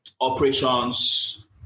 operations